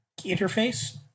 interface